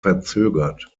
verzögert